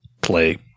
play